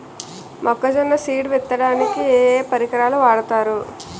మొక్కజొన్న సీడ్ విత్తడానికి ఏ ఏ పరికరాలు వాడతారు?